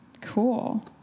cool